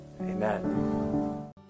Amen